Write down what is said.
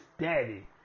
daddy